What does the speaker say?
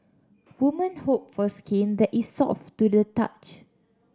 women hope for skin that is soft to the touch